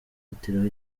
afatiraho